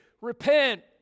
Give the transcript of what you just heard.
Repent